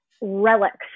relics